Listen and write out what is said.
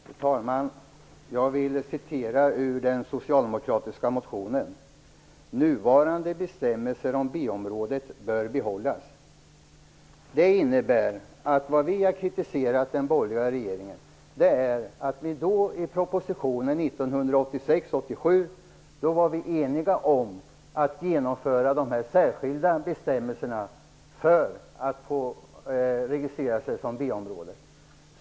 Fru talman! Jag vill citera ur den socialdemokratiska motionen: ''Nuvarande bestämmelser om B-områden bör behållas.'' 1986/87 var vi eniga om att genomföra de särskilda bestämmelserna om registrering som B-område.